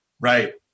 Right